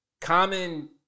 Common